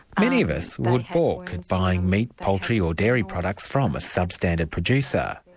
many of us would baulk at buying meat, poultry or dairy products from a sub-standard producer.